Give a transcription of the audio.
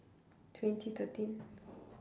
twenty thirteen